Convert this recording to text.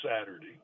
Saturday